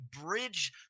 bridge